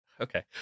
Okay